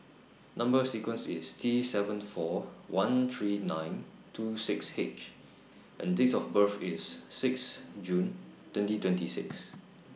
Number sequence IS T seven four one three nine two six H and Date of birth IS six June twenty twenty six